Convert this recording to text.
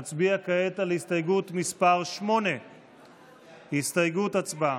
נצביע כעת על הסתייגות מס' 8. הצבעה.